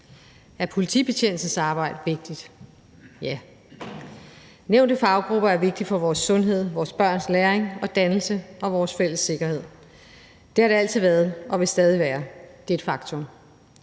Er politibetjentens arbejde vigtigt? Ja. De nævnte faggrupper er vigtige for vores sundhed, vores børns læring og dannelse og vores fælles sikkerhed. Det har de altid været og vil stadig være. Det er et faktum.